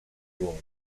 ruoli